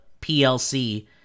PLC